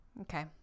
Okay